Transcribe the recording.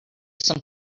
some